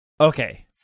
Okay